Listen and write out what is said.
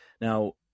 now